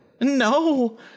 No